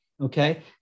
okay